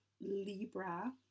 Libra